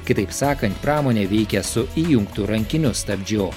kitaip sakant pramonė veikė su įjungtu rankiniu stabdžiu